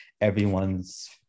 Everyone's